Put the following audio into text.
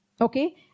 okay